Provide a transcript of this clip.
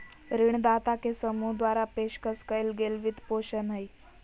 ऋणदाता के समूह द्वारा पेशकश कइल गेल वित्तपोषण हइ